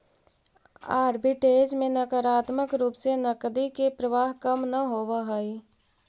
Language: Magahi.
आर्बिट्रेज में नकारात्मक रूप से नकदी के प्रवाह कम न होवऽ हई